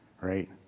right